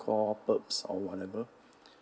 call perks or whatever